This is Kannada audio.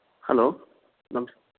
ಹಲೊ ನಮಸ್ತೆ